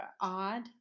odd